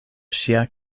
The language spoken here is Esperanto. ŝia